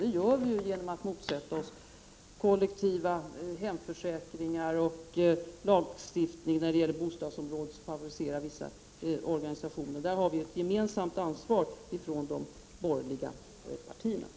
Det gör vi också genom att motsätta oss kollektiva hemförsäkringar och en lagstiftning på bostadsområdet som favoriserar vissa organisationer. Där har vi i de borgerliga partierna ett gemensamt ansvar.